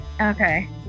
Okay